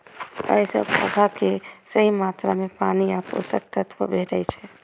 अय सं पौधा कें सही मात्रा मे पानि आ पोषक तत्व भेटै छै